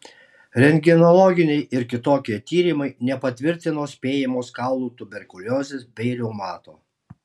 rentgenologiniai ir kitokie tyrimai nepatvirtino spėjamos kaulų tuberkuliozės bei reumato